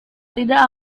tidak